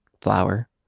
flour